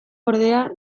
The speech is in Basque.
ordea